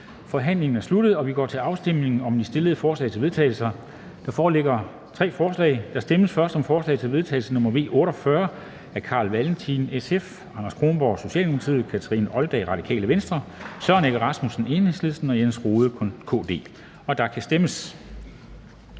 Forhandlingen er sluttet, og vi går til afstemning om de stillede forslag til vedtagelse. Der foreligger tre forslag. Der stemmes først om forslag til vedtagelse nr. V 48 af Carl Valentin (SF), Anders Kronborg (S), Kathrine Olldag (RV), Søren Egge Rasmussen (EL) og Jens Rohde (KD), og der kan stemmes.